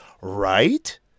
right